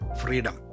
freedom